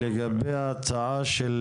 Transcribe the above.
לגבי הצעה של